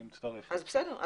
בסדר,